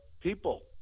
people